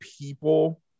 people